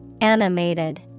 Animated